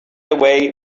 away